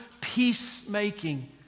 peacemaking